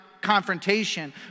confrontation